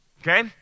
Okay